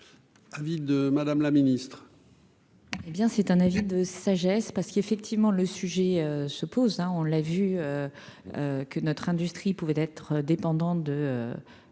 Ah, de Madame la Ministre.